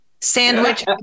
Sandwich